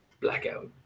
Blackout